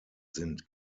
sind